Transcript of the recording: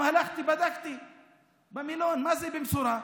הלכתי, בדקתי במילון: מה זה "במשורה"?